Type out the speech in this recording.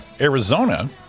Arizona